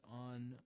on